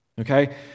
Okay